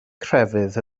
crefydd